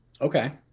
Okay